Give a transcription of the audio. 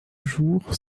jours